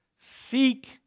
seek